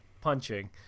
punching